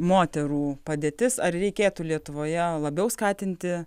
moterų padėtis ar reikėtų lietuvoje labiau skatinti